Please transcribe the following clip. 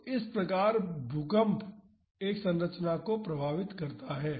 तो इस प्रकार भूकंप एक संरचना को प्रभावित करता है